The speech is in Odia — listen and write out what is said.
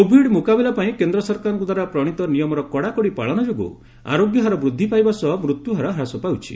କୋବିଡ ମୁକାବିଲା ପାଇଁ କେନ୍ଦ୍ର ସରକାରଙ୍କ ଦ୍ୱାରା ପ୍ରଣିତ ନିୟମର କଡ଼ାକଡ଼ି ପାଳନ ଯୋଗୁଁ ଆରୋଗ୍ୟ ହାର ବୃଦ୍ଧି ପାଇବା ସହ ମୃତ୍ୟୁହାର ହ୍ରାସ ପାଉଛି